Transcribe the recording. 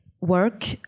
work